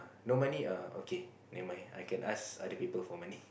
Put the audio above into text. no money err okay never mind I can ask other people for money